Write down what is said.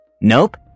Nope